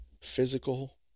physical